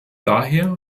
daher